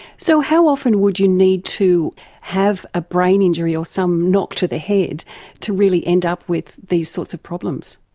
so how often would you need to have a brain injury or some knock to the head to really end up with these sorts of problems?